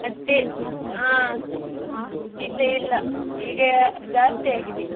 ಮತ್ತು ಹಾಂ ಇಲ್ಲ ಇಲ್ಲ ಈಗ ಜಾಸ್ತಿ ಆಗಿದೆ